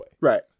Right